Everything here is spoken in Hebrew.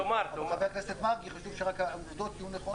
חבר הכנסת מרגי, חשוב שרק העובדות יהיו נכונות.